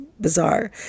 bizarre